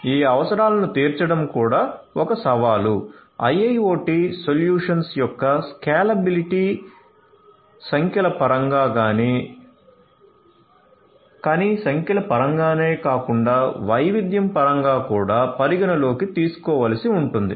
ఈ అవసరాలను తీర్చడం కూడా ఒక సవాలు IIoT సొల్యూషన్స్ యొక్క స్కేలబిలిటీ సంఖ్యల పరంగా కానీ సంఖ్యల పరంగానే కాకుండా వైవిధ్యం పరంగా కూడా పరిగణనలోకి తీసుకోవలసి ఉంటుంది